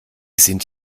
sind